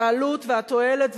שהעלות והתועלת,